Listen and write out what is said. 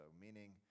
Meaning